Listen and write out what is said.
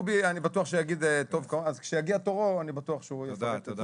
אני בטוח שכשיגיע תורו של דובי הוא ידבר על כך.